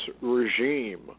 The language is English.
regime